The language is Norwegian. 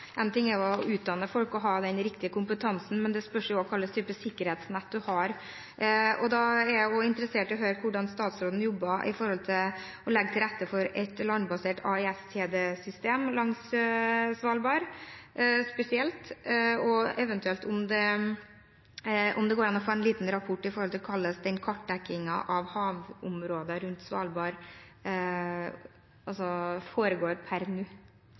ting er å utdanne folk og ha den riktige kompetansen, men det spørs jo òg hva slags type sikkerhetsnett man har. Da er jeg også interessert i å høre hvordan statsråden jobber med å legge til rette for et landbasert AIS-kjedesystem langs Svalbard spesielt, og om det går an å få en liten rapport om hvordan kartdekkingen av havområdet rundt Svalbard foregår per nå.